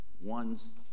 one's